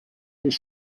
his